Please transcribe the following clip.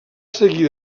seguir